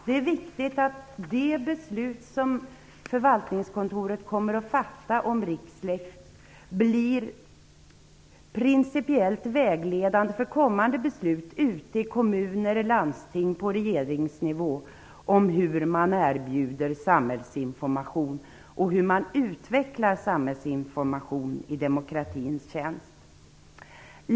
Det är viktigt att de beslut som förvaltningskontoret kommer att fatta om Rixlex blir principiellt vägledande för kommande beslut ute i kommuner, landsting och på regeringsnivå om hur man erbjuder och utvecklar samhällsinformation i demokratins tjänst.